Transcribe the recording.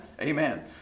Amen